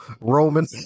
Roman